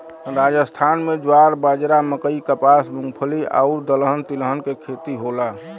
राजस्थान में ज्वार, बाजरा, मकई, कपास, मूंगफली आउर दलहन तिलहन के खेती होला